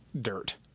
dirt